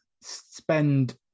spend